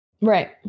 Right